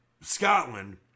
Scotland